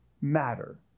matter